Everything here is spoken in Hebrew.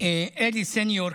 אלי סניור,